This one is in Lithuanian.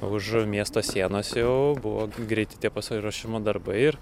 o už miesto sienos jau buvo greiti tie pasiruošimo darbai ir